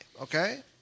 okay